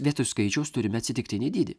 vietoj skaičiaus turime atsitiktinį dydį